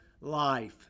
life